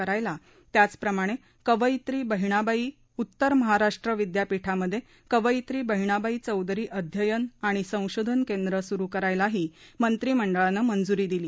करायला त्याचप्रमाणे कवयित्री बहिणाबाई उत्तर महाराष्ट्र विद्यापीठामध्ये कवयित्री बहिणाबाई चौधरी अध्ययन आणि संशोधन केंद्र सुरू करायलाही आज मंत्रिमंडळानं मंजूरी दिली